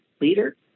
leader